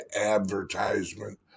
advertisement